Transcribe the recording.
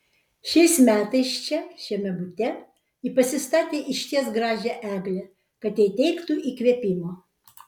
šiais metais čia šiame bute ji pasistatė išties gražią eglę kad jai teiktų įkvėpimo